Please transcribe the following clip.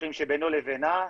סכסוכים שבינו לבינה,